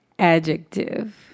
Adjective